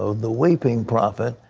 the weeping prophet.